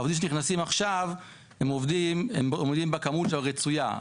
עובדים שנכנסים עכשיו עומדים בכמות הרצויה.